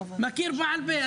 אני מכיר הכול בעל פה.